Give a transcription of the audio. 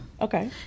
Okay